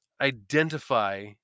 Identify